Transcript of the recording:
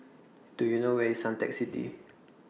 Do YOU know Where IS Suntec City